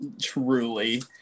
truly